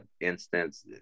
instance